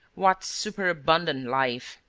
what superabundant life!